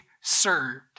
served